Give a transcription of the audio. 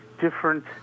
different